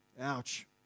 Ouch